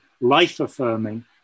life-affirming